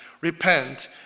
Repent